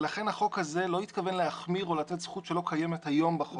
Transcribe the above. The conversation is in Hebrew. ולכן החוק הזה לא התכוון להחמיר או לתת זכות שלא קיימת היום בחוק.